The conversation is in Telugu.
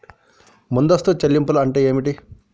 ముందస్తు చెల్లింపులు అంటే ఏమిటి?